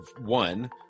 one